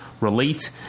relate